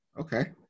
Okay